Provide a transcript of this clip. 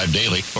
daily